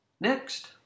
Next